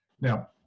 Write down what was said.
Now